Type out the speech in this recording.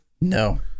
No